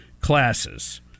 classes